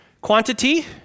quantity